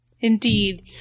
indeed